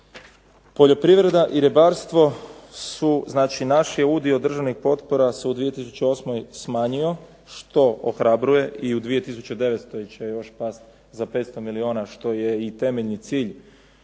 Poljoprivreda i ribarstvo, znači naš udio državnih potpora se u 2008. smanjio što ohrabruje i u 2009. će još past za 500 milijuna što je i temeljni cilj,